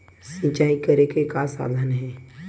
सिंचाई करे के का साधन हे?